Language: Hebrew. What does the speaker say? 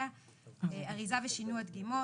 אריזה ושינוע דגימות.